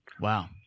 Wow